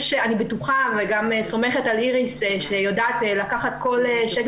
אני בטוחה וגם סומכת על איריס שיודעת לקחת כל שקל